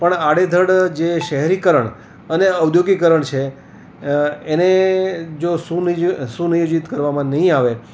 પણ આડેધડ જે શેહરીકરણ અને ઔધોગિકકરણ છે એને જો સુનિયોજી સુનિયોજીત કરવામાં નહીં આવે